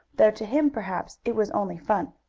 though to him perhaps it was only fun.